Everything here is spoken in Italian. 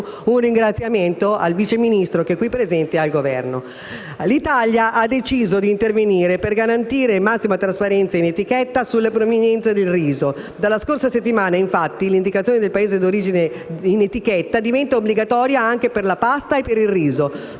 un ringraziamento al Vice Ministro, che è qui presente, e al Governo. L'Italia ha deciso di intervenire per garantire massima trasparenza in etichetta sulla provenienza del riso. Dalla scorsa settimana, infatti, l'indicazione del Paese d'origine in etichetta diventa obbligatoria anche per la pasta e il riso,